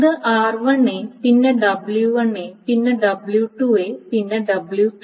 ഇത് r1 പിന്നെ w1 പിന്നെ w2 പിന്നെ w3